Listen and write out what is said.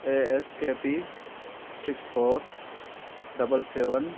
A S K P six four double seven